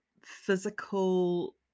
physical